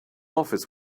office